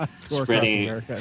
Spreading